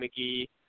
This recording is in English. McGee